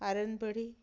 iron ପେଡ଼ି